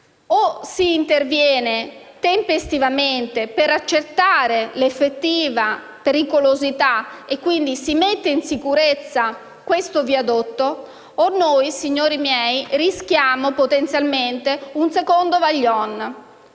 o si interviene tempestivamente per accertare l’effettiva pericolosità, e quindi si mette in sicurezza il viadotto, o noi, signori miei, rischiamo potenzialmente un secondo Vajont.